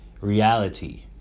reality